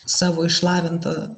savo išlavintą